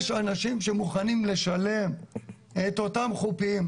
יש אנשים שמוכנים לשלם את אותם חופים,